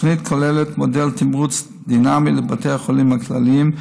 התוכנית כוללת מודל תמרוץ דינמי לבתי החולים הכלליים,